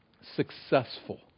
successful